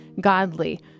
godly